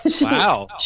Wow